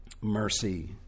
mercy